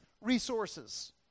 resources